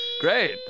Great